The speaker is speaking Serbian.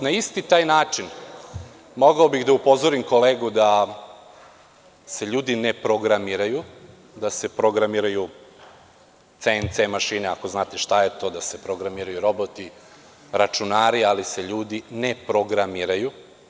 Na isti taj način mogao bih da upozorim kolegu da se ljudi ne programiraju, da se programiraju CNC mašine, ako znate šta je to, da se programiraju roboti, računari, ali se ljudi ne programiraju.